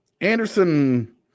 Anderson